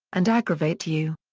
and aggravate you.